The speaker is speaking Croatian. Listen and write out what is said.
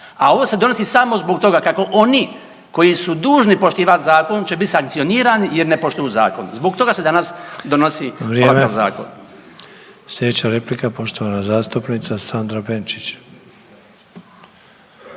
a ovo se donosi samo zbog toga kako oni koji su dužni poštivat zakon će biti sankcionirani jer ne poštuju zakon. Zbog toga se danas donosi ovakav zakon. **Sanader, Ante (HDZ)** Vrijeme. Slijedeća replika poštovana zastupnica Sandra Benčić.